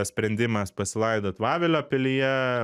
sprendimas pasilaidot vavelio pilyje